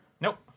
Nope